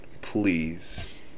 please